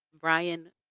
Brian